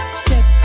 step